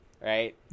Right